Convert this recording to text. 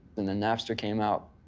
then the napster came out.